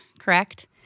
correct